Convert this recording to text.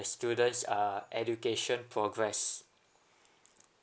students uh education progress